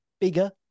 bigger